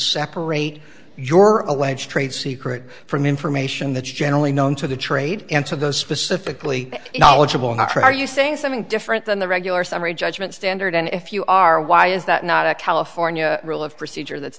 separate your alleged trade secret from information that is generally known to the trade and to those specifically knowledgeable enough or are you saying something different than the regular summary judgment standard and if you are why is that not a california rule of procedure that's